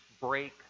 break